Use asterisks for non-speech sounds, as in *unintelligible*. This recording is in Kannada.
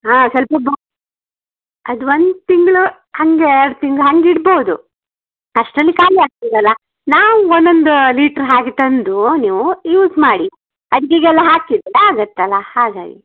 ಹಾಂ ಸ್ವಲ್ಪ *unintelligible* ಅದು ಒಂದು ತಿಂಗಳು ಹಾಗೆ ಎರಡು ತಿಂಗಳು ಹಂಗೆ ಇಡ್ಬೋದು ಅಷ್ಟರಲ್ಲಿ ಖಾಲಿ ಆಗ್ತದೆ ಅಲ್ಲಾ ನಾವು ಒನ್ನೊಂದ ಲೀಟ್ರ್ ಹಾಗೆ ತಂದು ನೀವು ಯೂಸ್ ಮಾಡಿ ಅಡುಗೆಗೆಲ್ಲ ಹಾಕಿದರಲ್ಲ ಆಗತ್ತಲ್ಲ ಹಾಗಾಗಿ